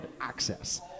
access